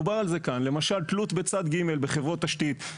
דובר כאן למשל תלות בצד ג' בחברות תשתית,